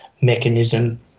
mechanism